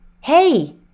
hey